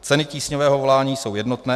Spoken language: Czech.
Ceny tísňového volání jsou jednotné.